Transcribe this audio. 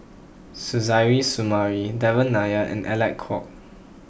Suzairhe Sumari Devan Nair and Alec Kuok